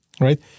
right